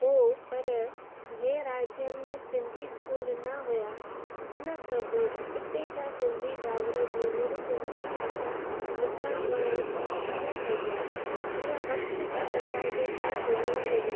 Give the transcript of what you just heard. हो पर जंहिं राज्यनि में सिंधी स्कूल न हुया उन सबबि उते जा सिंधी भावर भेनरूं सिंधी भाषा लिखणु पढ़णु सिखी न सघिया जीअं वक्त जे तक़ाजे सां दुनियां में